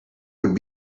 would